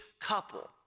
couple